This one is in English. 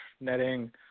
netting